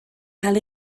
cael